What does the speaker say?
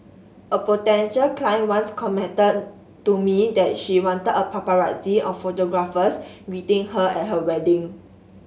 a potential client once commented to me that she wanted a paparazzi of photographers greeting her at her wedding